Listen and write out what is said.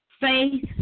Faith